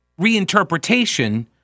reinterpretation